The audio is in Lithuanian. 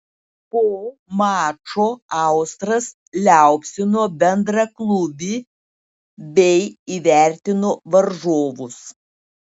po mačo austras liaupsino bendraklubį bei įvertino varžovus